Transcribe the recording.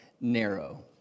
narrow